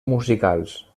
musicals